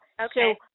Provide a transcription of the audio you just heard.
Okay